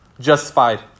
justified